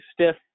stiff